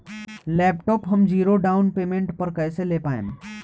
Laptop हम zero down payment पर कैसे ले पाएम?